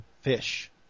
fish